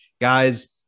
Guys